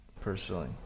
personally